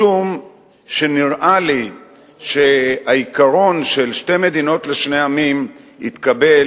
משום שנראה לי שהעיקרון של שתי מדינות לשני עמים התקבל,